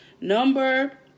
Number